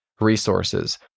resources